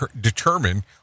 determine